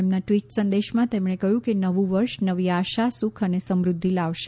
તેમના ટ્વીટ સંદેશમાં તેમણે કહ્યું કે નવું વર્ષ નવી આશા સુખ અને સમૃદ્ધિ લાવશે